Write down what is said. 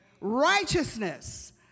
Righteousness